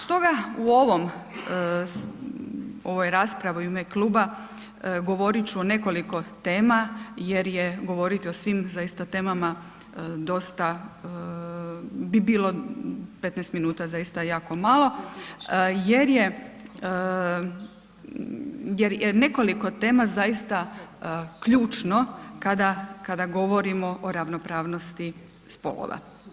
Stoga u ovom, ovoj raspravi u ime Kluba govorit ću o nekoliko tema jer je govoriti o svim zaista temama dosta bi bilo, 15 minuta zaista je jako malo, jer je nekoliko tema zaista ključno kada govorimo o ravnopravnosti spolova.